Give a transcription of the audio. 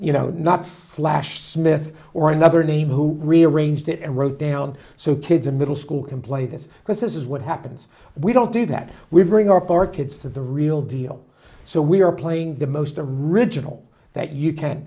you know not flash smith or another name who rearranged it and wrote down so kids in middle school can play this because this is what happens we don't do that we bring our four kids to the real deal so we are playing the most of riginal that you can